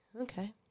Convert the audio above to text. okay